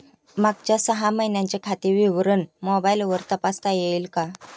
मागच्या सहा महिन्यांचे खाते विवरण मोबाइलवर तपासता येईल का?